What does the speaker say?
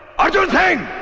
arjun singh